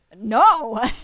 No